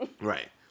Right